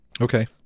Okay